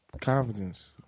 Confidence